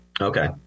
Okay